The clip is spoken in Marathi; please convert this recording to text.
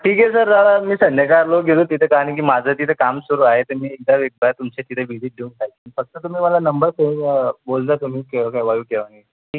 ठीक आहे सर दादा मी संध्याकाळला गेलो तिथे कारण की माझं तिथे काम सुरू आहे तर मी एकदा एकबार तुमच्या तिथे व्हिजिट देऊन पाहीन फक्त तुम्ही मला नंबर किंवा बोलजा तुम्ही केव्हा केव्हा येऊ केव्हा नाही ठीक आहे